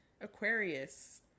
aquarius